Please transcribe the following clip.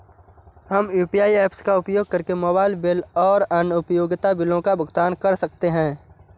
हम UPI apps का उपयोग करके मोबाइल बिल और अन्य उपयोगिता बिलों का भुगतान कर सकते हैं